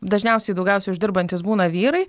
dažniausiai daugiausia uždirbantys būna vyrai